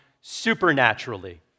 supernaturally